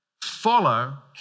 Follow